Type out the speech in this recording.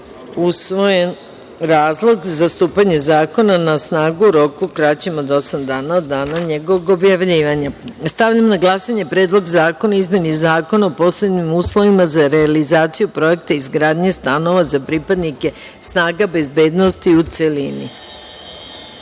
opravdani razlozi za stupanje zakona na snagu u roku kraćem od osam dana od dana njegovog objavljivanja. Stavljam na glasanje Predlog zakona o izmeni Zakona o posebnim uslovima za realizaciju projekta izgradnje stanova za pripadnike snaga bezbednosti, u